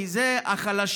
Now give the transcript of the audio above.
כי זה החלשים.